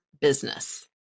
business